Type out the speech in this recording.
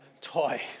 toy